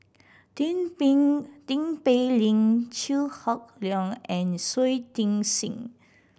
Tin Pei Tin Pei Ling Chew Hock Leong and Shui Tit Sing